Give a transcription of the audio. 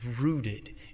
rooted